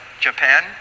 Japan